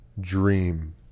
dream